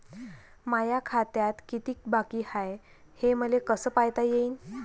माया खात्यात कितीक बाकी हाय, हे मले कस पायता येईन?